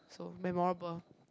so memorable